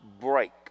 break